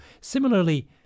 Similarly